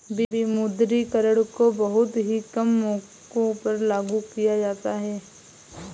विमुद्रीकरण को बहुत ही कम मौकों पर लागू किया जाता है